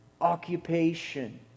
occupation